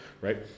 right